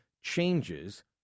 changes